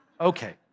Okay